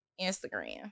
Instagram